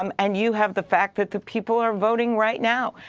um and you have the fact that the people are voting right now,